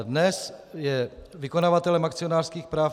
Dnes je vykonavatelem akcionářských práv